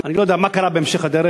אני לא יודע מה קרה בהמשך הדרך.